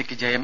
സിക്ക് ജയം